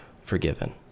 forgiven